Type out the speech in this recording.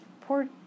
poor